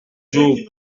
jours